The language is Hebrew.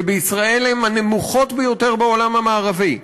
שבישראל הן הנמוכות ביותר בעולם המערבי,